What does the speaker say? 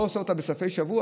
לא עושה אותה בסופי שבוע,